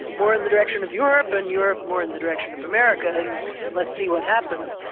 more in the direction of europe and europe more in the direction of america and let's see what happens.